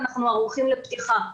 אנחנו ערוכים לפתיחה.